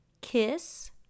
Kiss